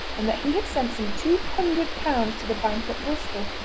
and that he had sent some two hundred pounds to the bank at bristol,